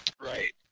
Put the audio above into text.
Right